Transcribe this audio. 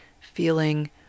feeling